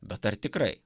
bet ar tikrai